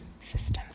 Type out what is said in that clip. systems